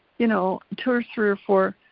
you know, two or three or four,